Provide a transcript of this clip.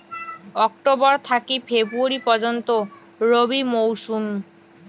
October থাকি ফেব্রুয়ারি পর্যন্ত রবি মৌসুম